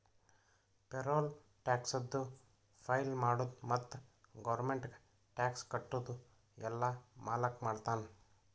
payroll ಟ್ಯಾಕ್ಸದು file ಮಾಡದು ಮತ್ತ ಗೌರ್ಮೆಂಟ್ಗ ಟ್ಯಾಕ್ಸ್ ಕಟ್ಟದು ಎಲ್ಲಾ ಮಾಲಕ್ ಮಾಡ್ತಾನ್